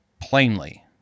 Plainly